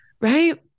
right